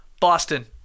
boston